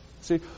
See